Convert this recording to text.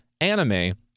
anime